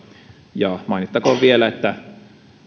ja mainittakoon vielä että